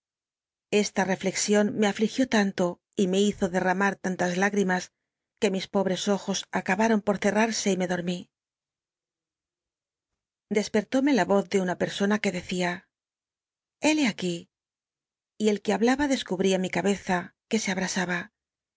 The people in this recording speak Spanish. esta i'cllexion me afligió tan lo y me hi dclramm tantas l igrimas que mis pobres ojos acaba ron poi ccarse y me dormí despctómc la voz de una pctsona que decia l léle aquí n y el que hablaba descubría mi cabeza que se alll'astlba